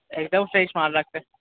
एक दम फ्रेश माल रखते हैं